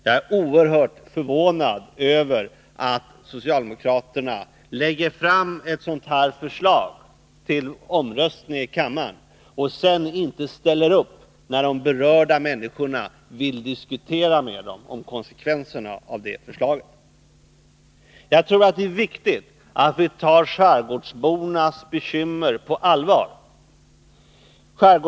Jag är oerhört förvånad över att socialdemokraterna lägger fram ett sådant här förslag till omröstning i kammaren och sedan inte ställer upp när de berörda människorna vill diskutera konsekvenserna av det förslaget med dem. Jag tror att det är viktigt att vi tar skärgårdsbornas bekymmer på allvar.